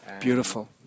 Beautiful